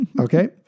Okay